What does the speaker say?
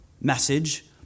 message